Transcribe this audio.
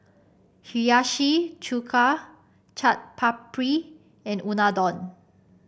Hiyashi Chuka Chaat Papri and Unadon